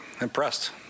impressed